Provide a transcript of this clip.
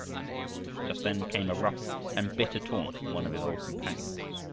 just then came a rough and bitter taunt from one of his old companions.